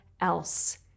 else